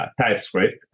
TypeScript